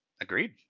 Agreed